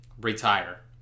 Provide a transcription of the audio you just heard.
retire